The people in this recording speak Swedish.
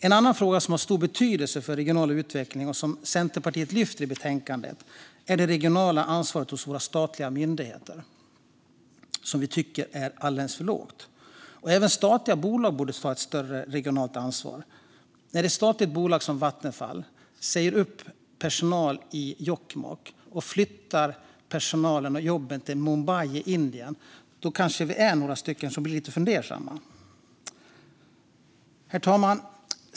En annan fråga som har stor betydelse för regional utveckling och som Centerpartiet lyfter upp i betänkandet är det regionala ansvaret hos våra statliga myndigheter, som vi tycker är alldeles för lågt. Även statliga bolag borde ta ett större regionalt ansvar. När ett statligt bolag som Vattenfall säger upp personal i Jokkmokk och flyttar personalen och jobben till Mumbai i Indien är vi kanske några stycken som blir lite fundersamma. Herr talman!